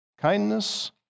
Kindness